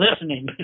listening